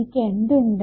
എനിക്ക് എന്ത് ഉണ്ട്